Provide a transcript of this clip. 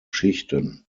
schichten